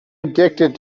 addicted